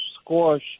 squash